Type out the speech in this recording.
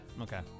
okay